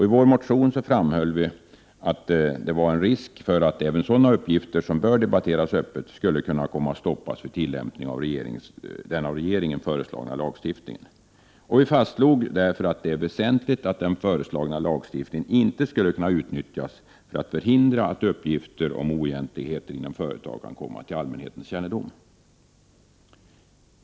I vår motion framhöll vi att det fanns en risk för att även sådana uppgifter som bör debatteras öppet skulle kunna komma att stoppas vid tillämpning av den av regeringen föreslagna lagstiftningen. Vi uttalade därför att det är väsentligt att den föreslagna lagstiftningen inte skall utnyttjas för att förhindra att uppgifter om oegentligheter inom företag kan komma till allmänhetens kännedom.